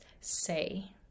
say